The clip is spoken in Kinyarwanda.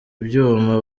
ibyuma